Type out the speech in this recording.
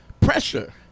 pressure